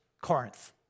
Corinth